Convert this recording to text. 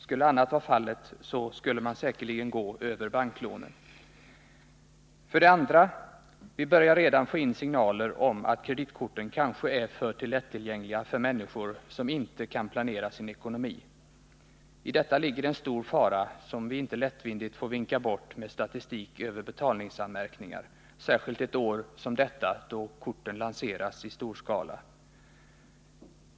Skulle annat vara fallet, gick man säkerligen över banklånen. Det andra skälet är att vi redan börjar få in signaler om att kreditkorten kanske är för lättillgängliga för människor som inte kan planera sin ekonomi. I detta ligger en stor fara som vi inte lättvindigt får vifta bort med statistik över betalningsanmärkningar, särskilt ett år som detta då korten lanseras i stor skala.